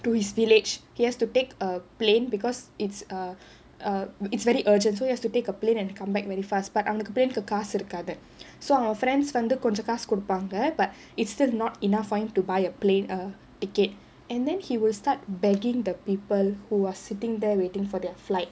to his village he has to take a plane because it's a err it's very urgent so you have to take a plane and come back very fast but அவனுக்கு:avanukku plane காசு இருக்காது:kaasu irukkaathu so our friends வந்து கொஞ்ச காசு குடுப்பாங்க:vanthu konja kaasu kuduppaanga but it's still not enough for him to buy a plane err ticket and then he will start begging the people who are sitting there waiting for their flight